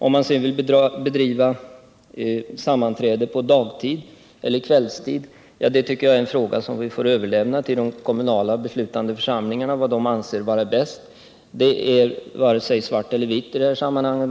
Om man sedan vill hålla sammanträden på dagtid eller kvällstid tycker jag vi får överlåta till de kommunala beslutande församlingarna att bestämma i enlighet med vad de anser vara bäst. Allt är inte antingen svart eller vitt i detta sammanhang.